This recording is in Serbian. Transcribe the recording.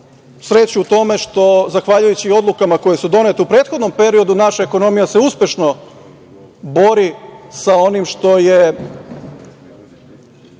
sreću u tome što zahvaljujući odlukama koje su donete u prethodnom periodu naša ekonomija se uspešno bori sa onim što je